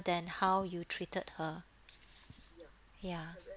than how you treated her ya